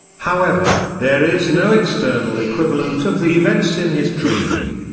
however, there is no external equivalent of the events in his dream.